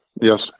Yes